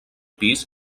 pis